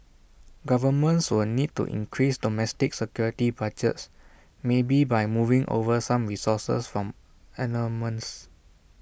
governments will need to increase domestic security budgets maybe by moving over some resources from armaments